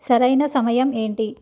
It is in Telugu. సరైన సమయం ఏంటి